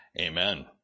amen